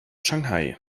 shanghai